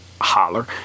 holler